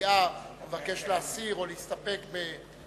במליאה או מבקשת להסיר או להסתפק בתשובת השר.